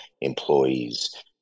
employees